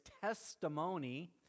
testimony